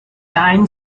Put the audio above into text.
tyne